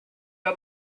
the